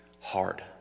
hard